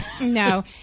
No